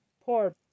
poor